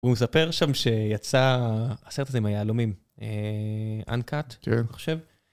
הוא מספר שם שיצא הסרט הזה עם היהלומים, Uncut אני חושב.